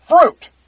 fruit